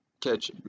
Catch